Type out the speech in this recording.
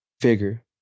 figure